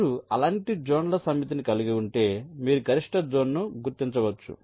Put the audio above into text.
మీరు అలాంటి జోన్ల సమితిని కలిగి ఉంటే మీరు గరిష్ట జోన్ను గుర్తించవచ్చు